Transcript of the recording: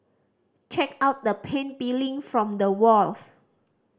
check out the paint peeling from the walls